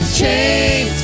chains